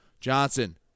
Johnson